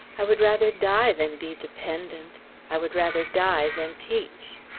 i would rather die than be dependent i would rather die than teach.